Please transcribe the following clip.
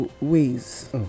ways